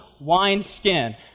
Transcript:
wineskin